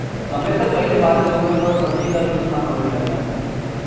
समय से पहिले बारिस होवे पर सब्जी क भी नुकसान होये लगला